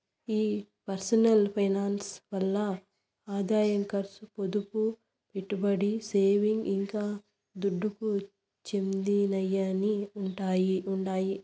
ఈ personal finance ల్ల ఆదాయం కర్సు, పొదుపు, పెట్టుబడి, సేవింగ్స్, ఇంకా దుడ్డుకు చెందినయ్యన్నీ ఉండాయి